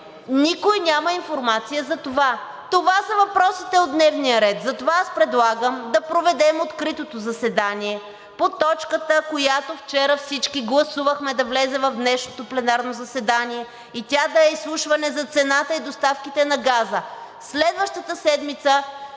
никой няма информация за това. Това са въпросите от дневния ред. Затова аз предлагам да проведем откритото заседание по точката, която вчера всички гласувахме, да влезе в днешното пленарно заседание и тя да е изслушване за цената и доставките на газа. Следващата седмица